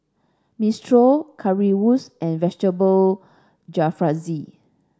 Minestrone Currywurst and Vegetable Jalfrezi